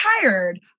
tired